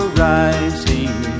rising